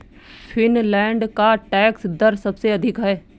Finland का tax दर सबसे अधिक है